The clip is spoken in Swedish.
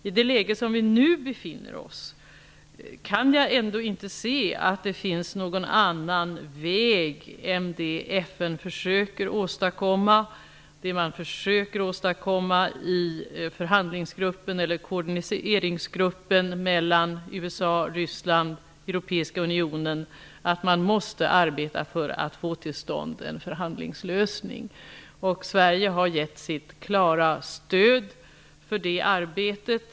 I det läge som vi nu befinner oss i kan jag ändå inte se att det finns någon annan väg än den FN försöker åstadkomma i förhandlingsgruppen eller koordineringsgruppen mellan USA, Ryssland och Europeiska unionen. Man måste arbeta för att få till stånd en förhandlingslösning. Sverige har givit sitt klara stöd för det arbetet.